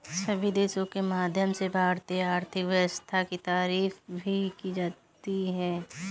सभी देशों के माध्यम से भारतीय आर्थिक व्यवस्था की तारीफ भी की जाती है